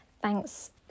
Thanks